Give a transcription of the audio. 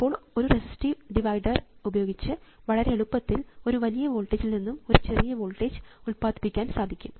ഇപ്പോൾ ഒരു resistive divider ഉപയോഗിച്ച് വളരെ എളുപ്പത്തിൽ ഒരു വലിയ വോൾട്ടേജ് നിന്നും ഒരു ചെറിയ വോൾട്ടേജ് ഉത്പാദിപ്പിക്കാൻ സാധിക്കും